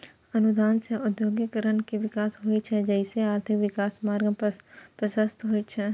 अनुदान सं औद्योगिकीकरण के विकास होइ छै, जइसे आर्थिक विकासक मार्ग प्रशस्त होइ छै